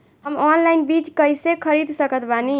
हम ऑनलाइन बीज कइसे खरीद सकत बानी?